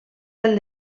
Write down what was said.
pel